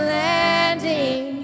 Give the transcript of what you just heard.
landing